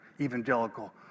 evangelical